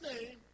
name